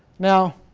now.